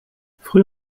früh